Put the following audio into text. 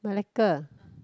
Malacca